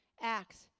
Acts